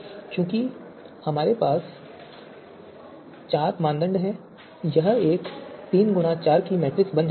चूंकि हमारे पास चार मानदंड हैं यह एक 3x4 मैट्रिक्स बन जाता है